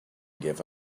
gave